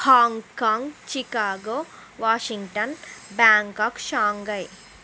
Hong Kong Chicago Washington Bangkok Shanghai